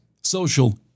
social